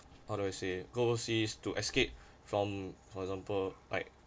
how do I say go overseas to escape from for example like